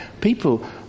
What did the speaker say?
People